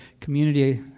community